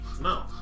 No